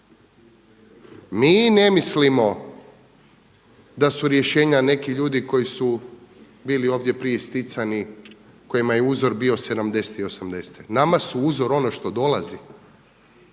Mi ne mislimo da su rješenja neki ljudi koji su bili ovdje prije isticani, kojima je uzor bio 70. i 80. Nama su uzor ono što dolazi,